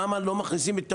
למה לא מכניסים את המוניות?